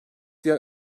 diğer